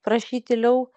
prašyt tyliau